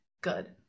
good